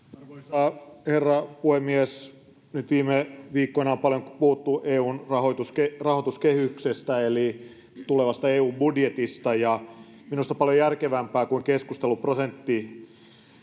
arvoisa herra puhemies nyt viime viikkoina on paljon puhuttu eun rahoituskehyksestä eli tulevasta eun budjetista minusta paljon järkevämpää kuin keskustelu